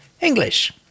English